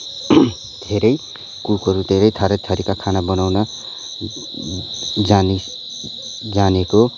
धेरै कुकहरू धेरै थरी थरीका खाना बनाउँन जाने जानेको